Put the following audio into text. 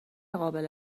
قابل